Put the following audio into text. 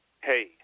Hey